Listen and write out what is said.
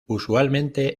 usualmente